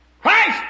Christ